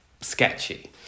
sketchy